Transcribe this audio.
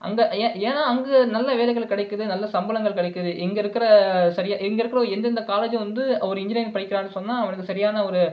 அங்கே ஏன் ஏன்னால் அங்கே நல்ல வேலைகள் கிடைக்குது நல்ல சம்பளங்கள் கிடைக்குது இங்கே இருக்கிற சரியாக இங்கே இருக்கிற எந்தெந்த காலேஜ்ஜூம் வந்து ஒரு இன்ஜினியரிங் படிக்கலாம்னு சொன்னால் அவனுக்கு சரியான ஒரு